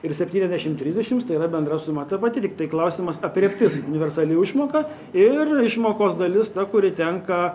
ir septyniasdešim trisdešims tai yra bendra suma ta pati tiktai klausimas aprėptis universali išmoka ir išmokos dalis ta kuri tenka